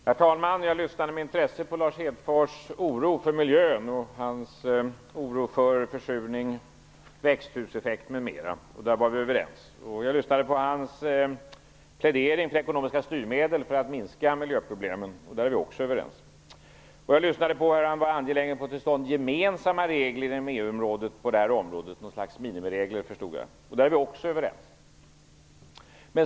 Herr talman! Jag lyssnade med intresse på Lars Hedfors, hans oro för miljö, försurning, växthuseffekt m.m. Där är vi överens. Jag lyssnade på hans plädering för ekonomiska styrmedel för att minska miljöproblemen. Där är vi också överens. Han var angelägen om att få till stånd gemensamma regler inom EU på det här området, något slags minimiregler. Där är vi också överens.